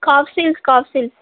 Cofsils Cofsils